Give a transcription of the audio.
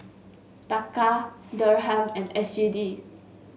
Taka Dirham and S G D